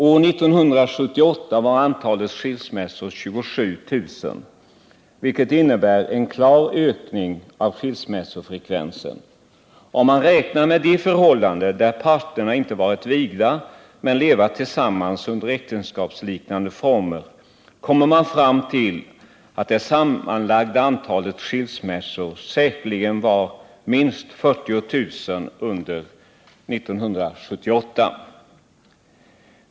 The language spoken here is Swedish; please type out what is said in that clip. År 1978 var antalet skilsmässor 27 000, vilket innebär en klar ökning av skilsmässofrekvensen. Om man räknar med de förhållanden där parterna inte varit vigda men levat tillsammans under äktenskapsliknande former kommer man fram till att det sammanlagda antalet skilsmässor säkerligen var minst 40 000 under år 1978.